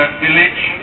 village